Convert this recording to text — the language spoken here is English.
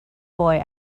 boy